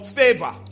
favor